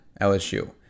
LSU